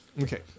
Okay